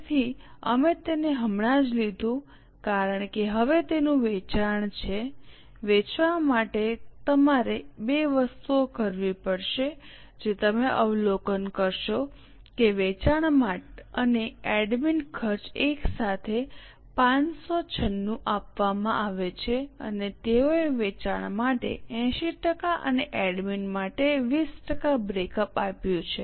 તેથી અમે તેને હમણાં જ લીધું છે કારણ કે હવે તેનું વેચાણ છે વેચવા માટે તમારે બે વસ્તુઓ કરવી પડશે જે તમે અવલોકન કરશો કે વેચાણ અને એડમિન ખર્ચ એક સાથે 596 આપવામાં આવે છે અને તેઓએ વેચાણ માટે 80 ટકા અને એડમિન માટે ૨૦ ટકા બ્રેકઅપ આપ્યું છે